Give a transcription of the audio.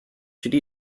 should